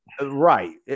right